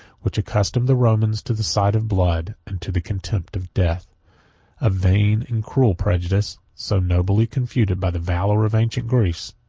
which accustomed the romans to the sight of blood, and to the contempt of death a vain and cruel prejudice, so nobly confuted by the valor of ancient greece,